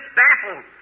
baffled